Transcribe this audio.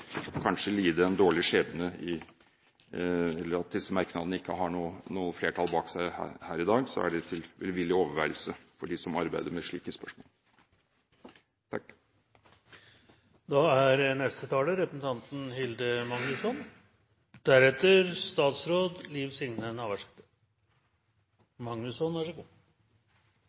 disse merknadene ikke har noe flertall bak seg her i dag, er de til velvillig overveielse for dem som arbeider med slike spørsmål. I saken vi nå behandler, endringer i boligbyggelagsloven, er